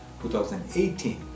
2018